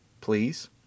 Please